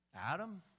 Adam